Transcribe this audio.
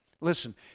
Listen